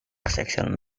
recepción